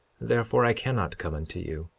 therefore i cannot come unto you.